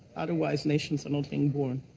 otherwise nations are not being born.